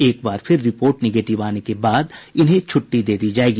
एक बार फिर रिपोर्ट निगेटिव आने के बाद इन्हें छूट्टी दे दी जायेगी